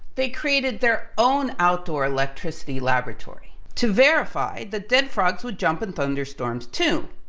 they created their own outdoor electricity laboratory to verify the dead frogs would jump in thunderstorms too.